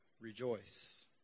rejoice